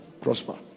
prosper